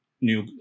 new